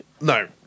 No